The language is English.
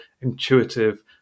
intuitive